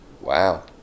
Wow